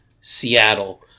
Seattle